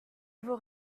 vaut